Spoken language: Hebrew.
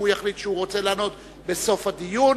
אם הוא יחליט שהוא רוצה לענות בסוף הדיון,